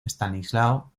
estanislao